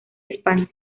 españa